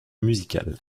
musical